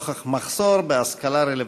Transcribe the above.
נוכח מחסור בהשכלה רלוונטית.